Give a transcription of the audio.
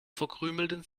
verkrümelten